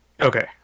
Okay